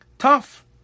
tough